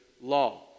law